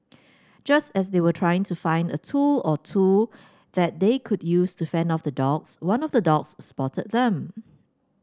just as they were trying to find a tool or two that they could use to fend off the dogs one of the dogs spotted them